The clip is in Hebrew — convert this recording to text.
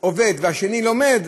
עובד והשני לומד,